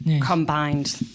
combined